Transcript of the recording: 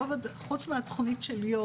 חוץ מהתוכנית של כיתה י',